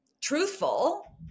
truthful